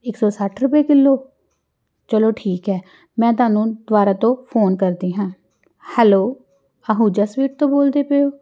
ਇੱਕ ਸੌ ਸੱਠ ਰੁਪਏ ਕਿੱਲੋ ਚਲੋ ਠੀਕ ਹੈ ਮੈਂ ਤੁਹਾਨੂੰ ਦੁਬਾਰਾ ਤੋਂ ਫੋਨ ਕਰਦੀ ਹਾਂ ਹੈਲੋ ਆਹੂਜਾ ਸਵੀਟ ਤੋਂ ਬੋਲਦੇ ਪਏ ਹੋ